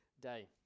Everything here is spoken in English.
day